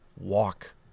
Walk